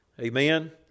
Amen